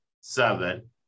seven